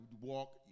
walk